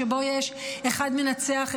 שבו יש אחד מנצח,